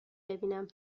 ببینم